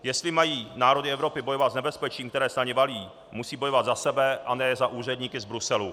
Jestli mají národy Evropy bojovat s nebezpečím, které se na ně valí, musí bojovat za sebe, a ne za úředníky z Bruselu.